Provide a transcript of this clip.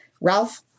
Ralph